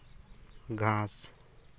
ᱜᱷᱟᱥ